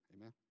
Amen